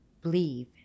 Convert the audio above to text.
believe